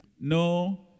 No